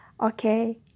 okay